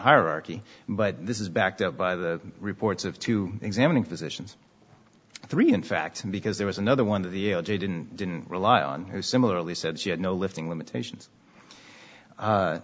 hierarchy but this is backed up by the reports of two examining physician three in fact because there was another one of the o j didn't rely on his similarly said she had no lifting limitations